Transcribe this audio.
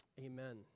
amen